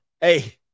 hey